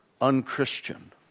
unchristian